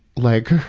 like